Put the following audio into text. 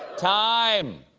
time.